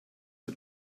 the